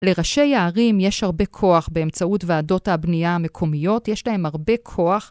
לראשי הערים יש הרבה כוח באמצעות ועדות הבנייה המקומיות, יש להם הרבה כוח.